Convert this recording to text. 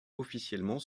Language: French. officiellement